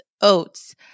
oats